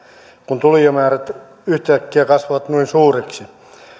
kun tulijamäärät yhtäkkiä kasvavat noin suuriksi